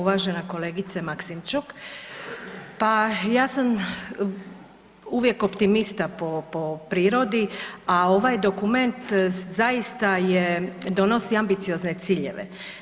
Uvažena kolegice Maksimčuk, pa ja sam uvijek optimista po prirodi a ovaj dokument zaista donosi ambiciozne ciljeve.